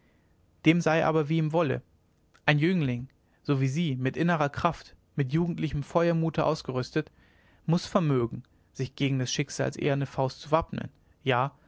dem sei aber wie ihm wolle ein jüngling so wie sie mit innerer kraft mit jugendlichem feuermute ausgerüstet muß vermögen sich gegen des schicksals eherne faust zu wappnen ja